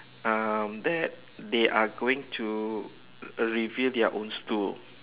um that they are going to reveal their own stool